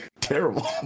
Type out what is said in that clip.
Terrible